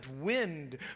wind